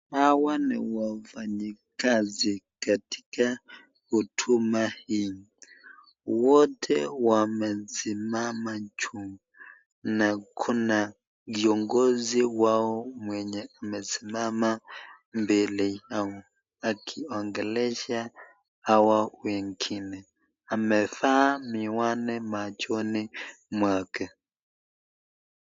Hawa ni wafanyikazi katika huduma hii. Wote wamesimama juu na kuna viongozi wao mwenye amesimama mbele yao, akiongelesha hawa wengine. Amevaa miwani machoni mwake.